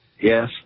Yes